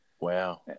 Wow